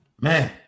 Man